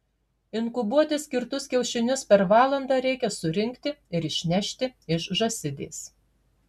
inkubuoti skirtus kiaušinius per valandą reikia surinkti ir išnešti iš žąsidės